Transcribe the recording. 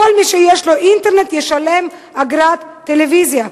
כל מי שיש לו אינטרנט ישלם אגרת טלוויזיה.